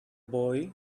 boy